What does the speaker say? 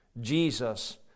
Jesus